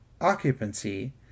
occupancy